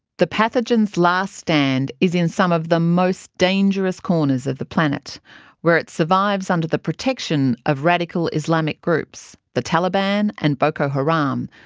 the pathogen's last stand is in some of the most dangerous corners of the planet where it survives under the protection of radical islamic groups, the taliban and boko haram, um